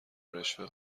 رشوه